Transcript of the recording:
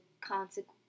consequence